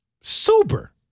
Super